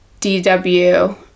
DW